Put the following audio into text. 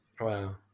Wow